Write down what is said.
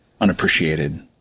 unappreciated